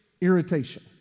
irritation